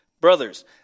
Brothers